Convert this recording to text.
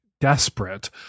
desperate